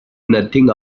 nothing